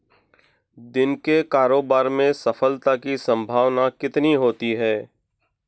दिन के कारोबार में सफलता की संभावना कितनी होती है?